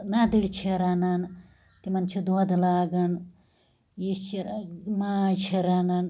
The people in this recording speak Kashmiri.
نَدٕر چھِ رنان تمن چھِ دۄد لاگان یہِ چھِ ماز چھِ رنان